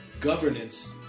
governance